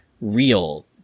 real